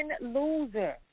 loser